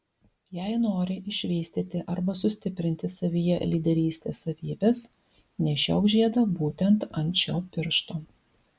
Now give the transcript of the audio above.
jei nori išvystyti arba sustiprinti savyje lyderystės savybes nešiok žiedą būtent ant šio piršto